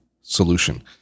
solution